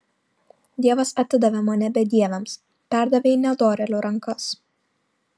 dievas atidavė mane bedieviams perdavė į nedorėlių rankas